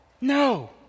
No